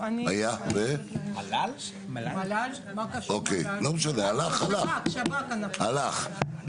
לא משנה הלך הלך,